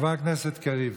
חבר הכנסת קריב,